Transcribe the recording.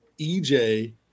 EJ